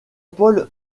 paul